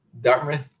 Dartmouth